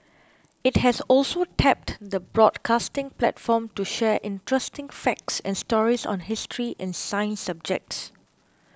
it has also tapped the broadcasting platform to share interesting facts and stories on history and science subjects